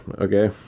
okay